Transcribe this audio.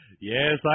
Yes